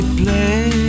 play